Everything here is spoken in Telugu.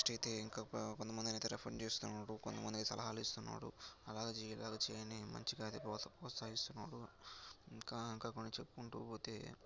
నెక్స్ట్ అయితే ఇంక కొంతమందినయితే రిఫర్ చేస్తున్నాడు కొంతమందినయితే సహాలిస్తున్నాడు అలా చెయ్యి ఇలా చేయండని మంచిగా అయితే ప్రొత్సాహిస్థున్నాడు ఇంకా ఇంకా కొన్ని చెప్పుకుంటూ పోతే